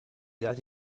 dati